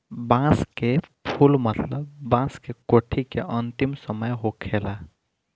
बांस के फुल मतलब बांस के कोठी के अंतिम समय होखेला